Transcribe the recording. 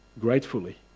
gratefully